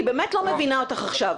אני באמת לא מבינה אותך עכשיו.